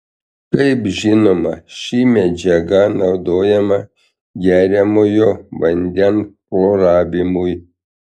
kaip žinoma ši medžiaga naudojama geriamojo vandens chloravimui